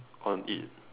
on it